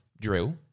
drill